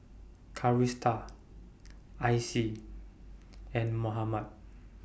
Calista Icie and Mohammad